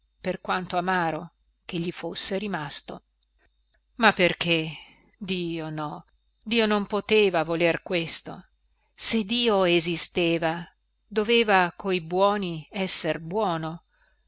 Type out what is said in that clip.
per quanto amaro che gli fosse rimasto ma perché dio no dio non poteva voler questo se dio esisteva doveva coi buoni esser buono